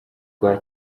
rwa